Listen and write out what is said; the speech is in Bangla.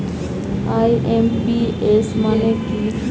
আই.এম.পি.এস মানে কি?